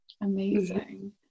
amazing